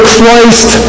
Christ